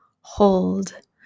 hold